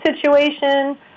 situation